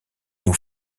nous